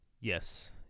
Yes